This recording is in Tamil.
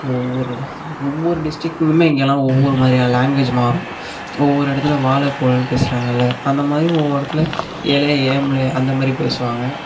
ஒவ்வொரு ஒவ்வொரு டிஸ்ட்ரிக்லேயுமே இங்கெல்லாம் ஒவ்வொரு மாதிரியான லாங்குவேஜ் மாறும் ஒவ்வொரு இடத்துல வால போலனு பேசுகிறாங்கல்ல அந்தமாதிரி ஒவ்வொரு இடத்துல எலே ஏம்லே அந்தமாதிரி பேசுவாங்க